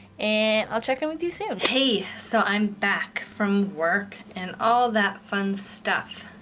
and i'll check in with you soon! hey, so i'm back from work, and all that fun stuff.